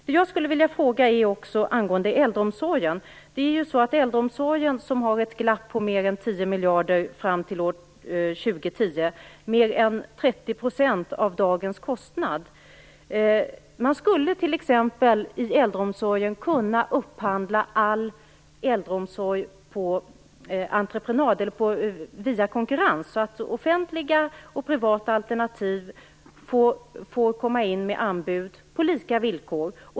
Där finns ju glapp på mer än 10 miljarder fram till år 2010 - mer än 30 % av dagens kostnad. Man skulle inom äldreomsorgen t.ex. kunna upphandla all äldreomsorg via konkurrens, så att offentliga och privata alternativ får komma med anbud på lika villkor.